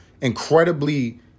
incredibly